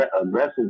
aggressive